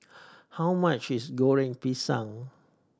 how much is Goreng Pisang